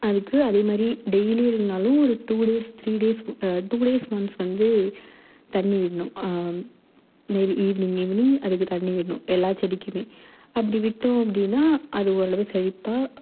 அதுக்கு அதே மாதிரி டெய்லி இல்லைனாலும் ஒரு two days three days two days once வந்து தண்ணி விடணும் டெய்லி ஈவினிங் ஈவினிங் அதுக்கு தண்ணி விடணும் எல்லா செடிக்கும் அப்படி விட்டோம் அப்படின்னா அது ஓரளவு செழிப்பாக